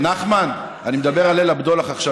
נחמן, אני מדבר על ליל הבדולח עכשיו.